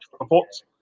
reports